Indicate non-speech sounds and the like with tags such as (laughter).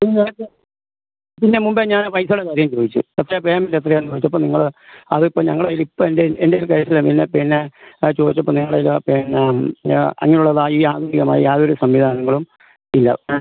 (unintelligible) പിന്നെ മുമ്പേ ഞാൻ പൈസയുടെ കാര്യം ചോദിച്ചു എത്രയാണ് പേയ്മെൻ്റ് എത്രായാണെന്ന് ചോദിച്ചപ്പോൾ നിങ്ങൾ അത് ഇപ്പോൾ ഞങ്ങളെ കയ്യിൽ ഇപ്പോൾ എൻ്റെതിൽ എൻ്റെല് ക്യാഷില്ല പിന്നെ പിന്നെ അത് ചോദിച്ചപ്പോൾ നിങ്ങൾ ഇത് പിന്നെ (unintelligible) ആധുനികമായ യാതൊരു സംവിധാനങ്ങളും ഇല്ല ആ